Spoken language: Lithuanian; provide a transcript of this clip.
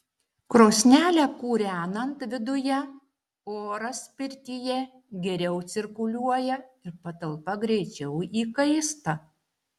krosnelę kūrenant viduje oras pirtyje geriau cirkuliuoja ir patalpa greičiau įkaista